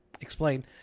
explain